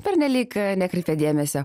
pernelyg nekreipia dėmesio